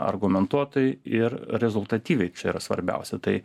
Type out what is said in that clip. argumentuotai ir rezultatyviai čia yra svarbiausia tai